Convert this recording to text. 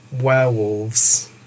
werewolves